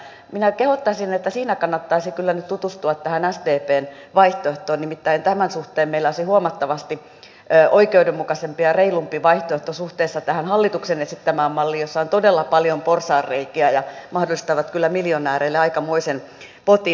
minä kehottaisin että siinä kannattaisi kyllä nyt tutustua tähän sdpn vaihtoehtoon nimittäin tämän suhteen meillä olisi huomattavasti oikeudenmukaisempi ja reilumpi vaihtoehto suhteessa tähän hallituksen esittämään malliin jossa on todella paljon porsaanreikiä jotka mahdollistavat kyllä miljonääreille aikamoisen potin